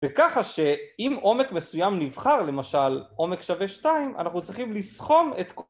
וככה שאם עומק מסוים נבחר, למשל עומק שווה שתיים, אנחנו צריכים לסכום את...